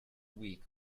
week